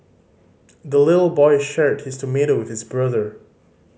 the little boy shared his tomato with his brother